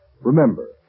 Remember